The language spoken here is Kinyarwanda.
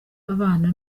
abana